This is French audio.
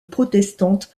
protestante